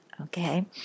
Okay